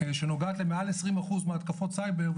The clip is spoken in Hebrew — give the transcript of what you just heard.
שנוגעת למעל 20 אחוז מהתקפות סייבר,